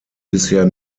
bisher